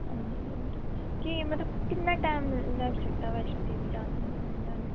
हां जी केह् मतलब किन्ना टैम लग सकदा वैष्णो देवी आन जान